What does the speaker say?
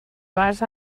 vas